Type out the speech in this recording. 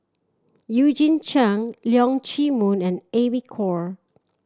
Eugene Chen Leong Chee Mun and Amy Khor